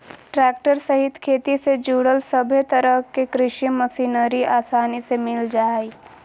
tractor सहित खेती से जुड़ल सभे तरह के कृषि मशीनरी आसानी से मिल जा हइ